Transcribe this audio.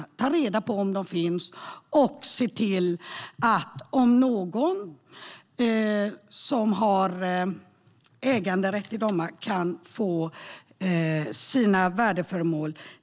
Vi ska ta reda på om det finns några och i så fall se till att de som har äganderätt kan få tillbaka sina värdeföremål.